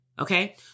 okay